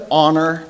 honor